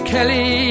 Kelly